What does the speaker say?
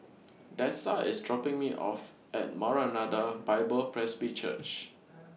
Dessa IS dropping Me off At Maranatha Bible Presby Church